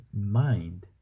mind